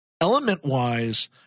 Element-wise